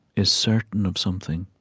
is certain of something,